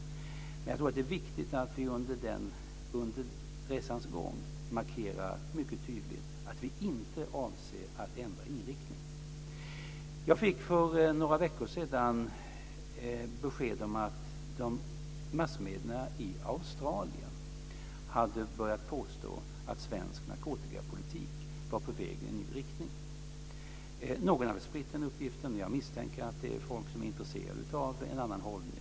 Men jag tror att det är viktigt att vi under resans gång mycket tydligt markerar att vi inte avser att ändra inriktning. Jag fick för några veckor sedan besked om att massmedierna i Australien hade börjat påstå att svensk narkotikapolitik var på väg i en ny riktning. Någon hade spritt den uppgiften, och jag misstänker att det är folk som är intresserade av en annan hållning.